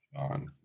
on